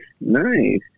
nice